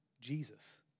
Jesus